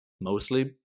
mostly